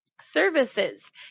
services